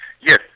Yes